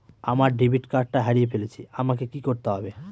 আমার ডেবিট কার্ডটা হারিয়ে ফেলেছি আমাকে কি করতে হবে?